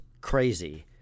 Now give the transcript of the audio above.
crazy